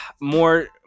more